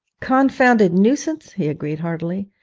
confounded nuisance he agreed heartily,